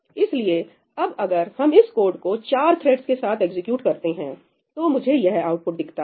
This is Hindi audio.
इसलिए अब अगर हम इस कोड को चार थ्रेड्स के साथ एग्जीक्यूट करते हैं तो मुझे यह आउटपुट दिखता है